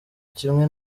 kimwe